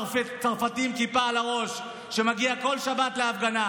צרפתי עם כיפה על הראש שמגיע כל שבת להפגנה,